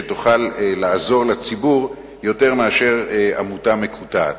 שתוכל לעזור לציבור יותר מאשר עמותה מקוטעת.